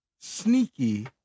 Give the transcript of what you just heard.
sneaky